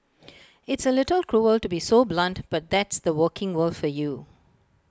it's A little cruel to be so blunt but that's the working world for you